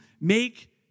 make